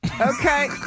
Okay